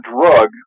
drug